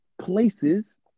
places